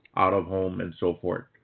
out of home, and so forth.